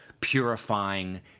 purifying